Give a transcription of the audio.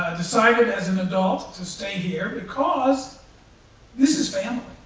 decided as an adult to stay here because this is family.